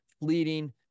fleeting